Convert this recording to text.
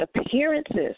appearances